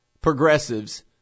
progressives